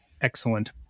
excellent